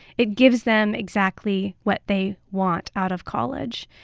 it gives them exactly what they want out of college.